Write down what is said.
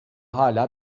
hâlâ